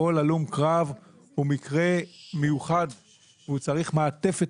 כל הלום קרב הוא מקרה מיוחד הוא צריך מעטפת